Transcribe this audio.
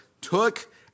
took